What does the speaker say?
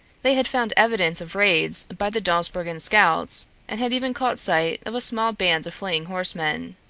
they had found evidence of raids by the dawsbergen scouts and had even caught sight of a small band of fleeing horsemen.